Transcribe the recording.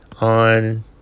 on